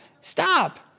stop